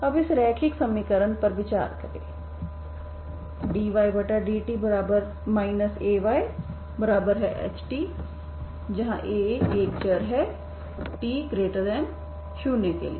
अब इस रैखिक समीकरण पर विचार करें dydt Ayh जहाँ A एक अचर है t0 के लिए